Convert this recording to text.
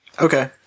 Okay